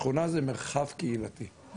שכונה זה מרחב קהילתי,